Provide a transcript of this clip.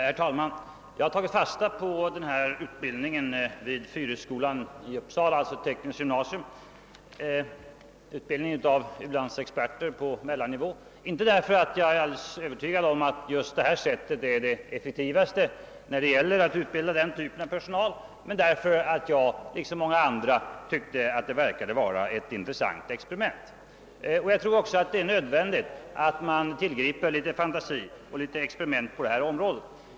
Herr talman! Jag har tagit fasta på utbildningen vid Fyrisskolan i Uppsala — ett tekniskt gymnasium — av u-landsexperter på mellannivå. Jag har inte gjort det därför att jag är övertygad om att just detta sätt är det mest effektiva när det gäller att utbilda den typen av personal utan därför att jag, liksom många andra, tyckte att det verkade vara ett intressant experiment. Jag tror att det är nödvändigt att man använder litet fantasi och gör experiment på detta område.